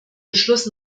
beschluss